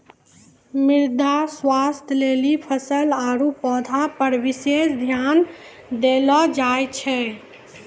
मृदा स्वास्थ्य लेली फसल आरु पौधा पर विशेष ध्यान देलो जाय छै